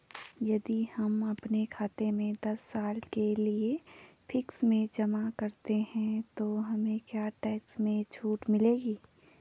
यदि हम अपने खाते से दस साल के लिए फिक्स में जमा करते हैं तो हमें क्या टैक्स में छूट मिलेगी?